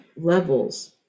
levels